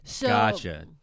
Gotcha